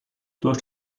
durch